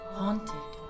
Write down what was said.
haunted